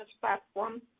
platform